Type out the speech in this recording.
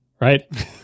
right